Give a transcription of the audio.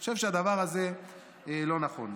אני חושב שהדבר הזה לא נכון.